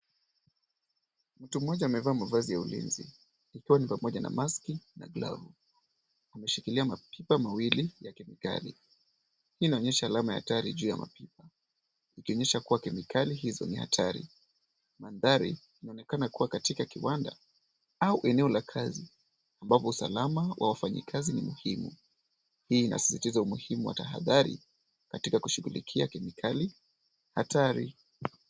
Mtu mmoja amevaa mavazi ya ulinzi ikiwa ni pamoja na maski na glavu. Ameshikilia mapipa mawili ya kemikali. Hii inaonyesha alama ya hatari juu ya mapipa, ikionyesha kuwa kemikali hizo ni hatari. Mandhari inaonekana kuwa katika kiwanda au eneo la kazi ambapo usalama wa wafanyikazi ni muhimu. Hii inasisitiza umuhimu wa tahadhari katika kushughulikia kemikali hatari.